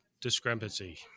discrepancy